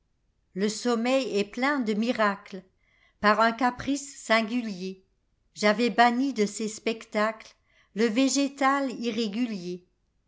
le sommeil est plein de miracles lpar un caprice singulier j'avais banni de ces spectaclesle végétal irrégulier